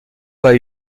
pas